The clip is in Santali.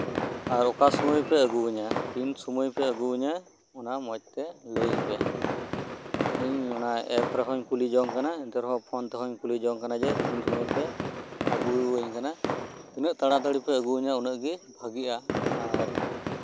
ᱟᱨ ᱚᱠᱟ ᱥᱚᱢᱚᱭ ᱯᱮ ᱟᱹᱜᱩ ᱤᱧᱟᱹ ᱛᱤᱱ ᱥᱚᱢᱚᱭ ᱯᱮ ᱟᱹᱜᱩ ᱤᱧᱟᱹ ᱢᱚᱸᱡ ᱛᱮ ᱞᱟᱹᱭ ᱤᱧ ᱯᱮ ᱤᱧ ᱚᱱᱟ ᱮᱯ ᱨᱮᱦᱚᱧ ᱠᱩᱞᱤ ᱡᱚᱝ ᱠᱟᱱᱟ ᱟᱨ ᱯᱷᱳᱱ ᱛᱮᱦᱚᱧ ᱠᱩᱞᱤ ᱡᱚᱝ ᱠᱟᱱᱟ ᱛᱤᱱ ᱥᱚᱢᱚᱭ ᱯᱮ ᱟᱹᱜᱩ ᱤᱧ ᱠᱟᱱᱟ ᱛᱤᱱᱟᱹᱜ ᱛᱟᱲᱟᱛᱟᱹᱲᱤ ᱯᱮ ᱟᱹᱜᱩ ᱟᱹᱧ ᱠᱟᱱᱟ ᱩᱱᱟᱹᱜ ᱛᱟᱲᱟᱛᱟᱲᱤ ᱜᱮ ᱵᱷᱟᱹᱜᱤᱜᱼᱟ